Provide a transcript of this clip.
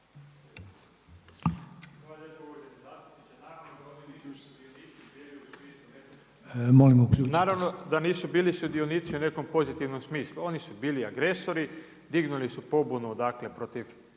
Naravno da nisu bili sudionici u nekom pozitivnom smislu, oni su bili agresori, dignuli su pobunu protiv